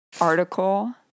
article